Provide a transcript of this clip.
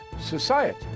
society